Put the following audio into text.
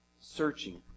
searching